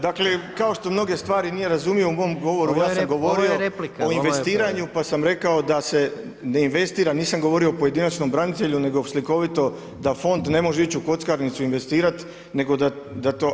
Dakle kao što mnoge stvari nije razumio u mom govoru ja sam govorio, [[Upadica predsjednik: Ovo je replika, ovo je replika…]] o investiranju pa sam rekao da se ne investira, nisam govorio o pojedinačnom branitelju nego slikovito da fond ne može ići u kockarnicu investirati nego da to.